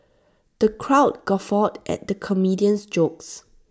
the crowd guffawed at the comedian's jokes